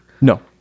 No